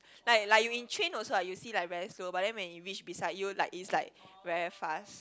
like like you in train also ah you see like very slow but then when it reach beside you like is like very fast